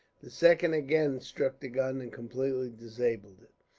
the second again struck the gun and completely disabled it.